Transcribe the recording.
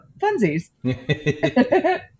funsies